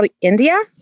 India